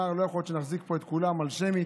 הוא אמר שלא יכול להיות שנחזיק פה את כולם על שמית